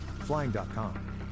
Flying.com